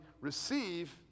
receive